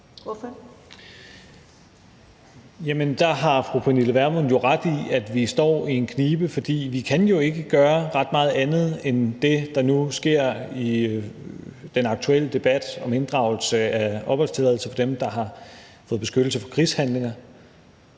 (S): Jamen der har fru Pernille Vermund ret i, at vi står i en knibe, for vi kan jo ikke gøre ret meget andet end det, der nu sker i forbindelse med den aktuelle debat om inddragelse af opholdstilladelse fra dem, som har fået beskyttelse fra krigshandlinger.